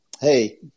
Hey